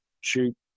shoot